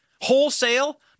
wholesale